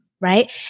right